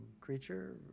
creature